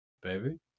Baby